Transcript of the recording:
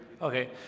Okay